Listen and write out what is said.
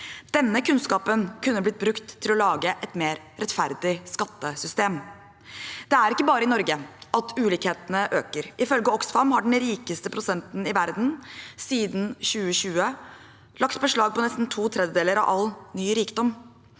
Denne kunnskapen kunne blitt brukt til å lage et mer rettferdig skattesystem. Det er ikke bare i Norge at ulikhetene øker. Ifølge Oxfam har den rikeste prosenten i verden siden 2020 lagt beslag på nesten to tredjedeler av all ny rikdom.